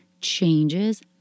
changes